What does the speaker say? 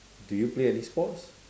do you play any sports